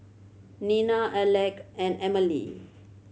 Nina Alec and Emilee